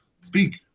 Speak